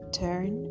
turn